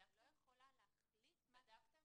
אני לא יכולה להחליט -- בדקתם?